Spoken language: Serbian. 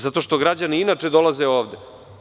Zato što građani inače dolaze ovde.